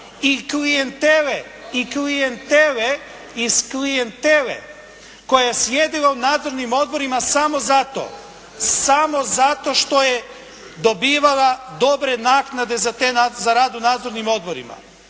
i klijentele, i klijente iz klijentele koja je sjedila u nadzornim odborima samo zato, samo zato što je dobivala dobre naknade za rad u nadzornim odborima.